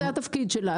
זה התפקיד שלה,